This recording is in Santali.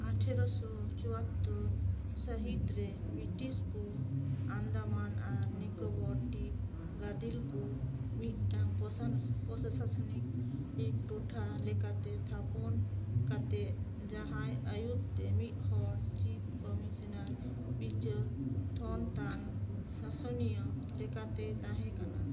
ᱟᱴᱷᱮᱨᱚᱥᱚ ᱪᱳᱣᱟᱛᱚᱨ ᱥᱟᱹᱦᱤᱛ ᱨᱮ ᱵᱨᱤᱴᱤᱥᱠᱚ ᱟᱱᱫᱟᱢᱟᱱ ᱟᱨ ᱱᱤᱠᱚᱵᱚᱨ ᱫᱤᱯ ᱜᱟᱫᱮᱞ ᱠᱚ ᱢᱤᱫᱴᱟᱝ ᱯᱚᱥᱟᱱ ᱯᱨᱚᱥᱟᱥᱚᱱᱤᱠ ᱴᱚᱴᱷᱟ ᱞᱮᱠᱟᱛᱮ ᱛᱷᱟᱯᱚᱱ ᱠᱟᱛᱮᱫ ᱡᱟᱦᱟᱸᱭ ᱟᱹᱭᱩᱨ ᱛᱮ ᱢᱤᱫ ᱦᱚᱲ ᱪᱤᱯ ᱠᱚᱢᱤᱥᱚᱱᱟᱨ ᱵᱤᱪᱟᱹᱨ ᱛᱷᱚᱱ ᱛᱟᱱ ᱥᱟᱥᱚᱱᱤᱭᱟᱹ ᱞᱮᱠᱟᱛᱮᱭ ᱛᱟᱦᱮᱸ ᱠᱟᱱᱟ